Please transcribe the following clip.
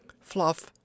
Fluff